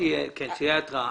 תהיה התראה.